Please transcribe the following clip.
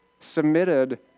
submitted